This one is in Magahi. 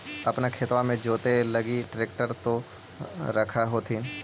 अपने खेतबा मे जोते लगी ट्रेक्टर तो रख होथिन?